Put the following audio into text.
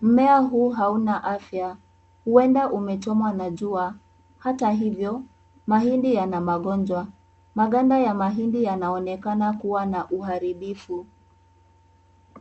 Mmea huu hauna afya, huenda umechomwa na jua. Hata hivyo, mahindi yana magonjwa. Maganda ya mahindi yanaonekana kuwa na uharibifu.